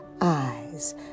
eyes